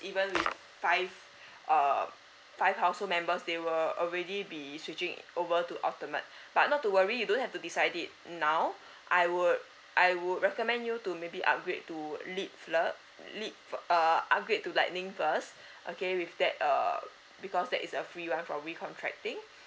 even with five err five household members they were already be switching over to ultimate but not to worry you don't have to decide it now I would I would recommend you to maybe upgrade to lit lit fi~ uh upgrade to lightning first okay with that err because that is a free one for recontracting